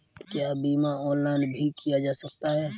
क्या बीमा ऑनलाइन भी किया जा सकता है?